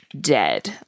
dead